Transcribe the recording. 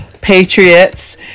patriots